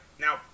now